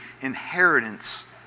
inheritance